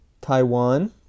Taiwan